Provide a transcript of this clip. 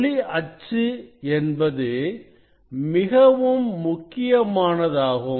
ஒளி அச்சு என்பது மிகவும் முக்கியமானதாகும்